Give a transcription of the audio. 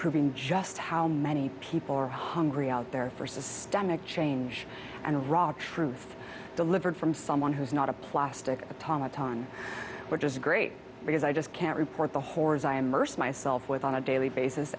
proving just how many people are hungry out there for systemic change and raw truth delivered from someone who's not a plastic atomic time were just great because i just can't report the horrors i am erst myself with on a daily basis